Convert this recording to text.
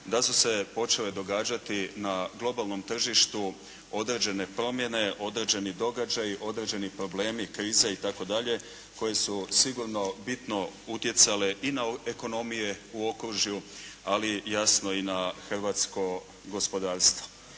da su se počele događati na globalnom tržištu određene promjene, određeni događaji, određeni problemi, krize itd. koje su sigurno bitno utjecale i na ekonomije u okružju, ali jasno i na hrvatsko gospodarstvo.